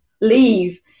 leave